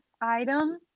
item